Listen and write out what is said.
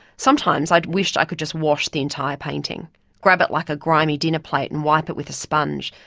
sometimes, i wished i could just wash the entire painting grab it like a grimy dinner plate and wipe it with a sponge,